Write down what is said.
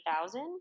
thousand